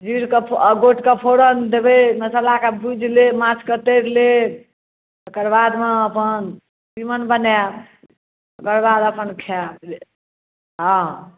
जीरके आ गोटके फोरन देबै मसल्लाके भूजि लेब माछके तरि लेब तेकर बादमे अपन तीमन बनायब तेकर बाद अपन खायब गऽ हँ